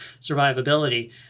survivability